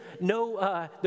no